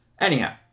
Anyhow